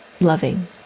loving